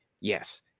yes